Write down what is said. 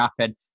happen